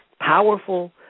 powerful